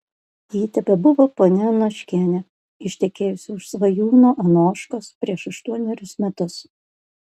ji tebebuvo ponia anoškienė ištekėjusi už svajūno anoškos prieš aštuonerius metus